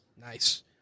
Nice